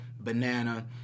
banana